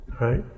right